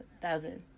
Thousand